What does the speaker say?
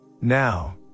Now